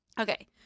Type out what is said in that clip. Okay